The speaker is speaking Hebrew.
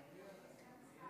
אני רק אעיר, אדוני סגן השר,